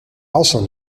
also